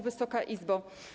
Wysoka Izbo!